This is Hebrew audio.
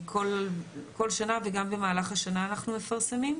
כל שנה וגם במהלך השנה אנחנו מפרסמים.